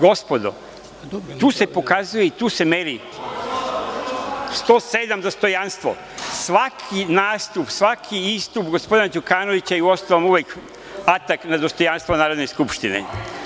Gospodo, tu se pokazuje i tu se meri svaki nastup, svaki istup gospodina Đukanovića i uostalom uvek atak na dostojanstvo Narodne skupštine.